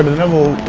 level